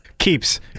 Keeps